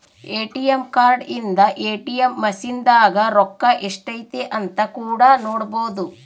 ATM card ಇಂದ ATM machine ದಾಗ ರೊಕ್ಕ ಎಷ್ಟೈತೆ ಅಂತ ಕೂಡ ನೊಡ್ಬೊದು